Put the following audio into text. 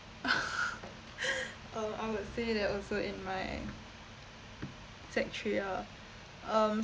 uh I would say that also in my sec three ah um